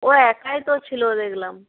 ও একাই তো ছিল দেখলাম